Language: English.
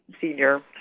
senior